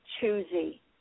choosy